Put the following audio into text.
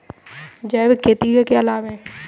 जैविक खेती के क्या लाभ हैं?